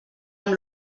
amb